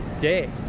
day